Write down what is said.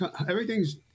Everything's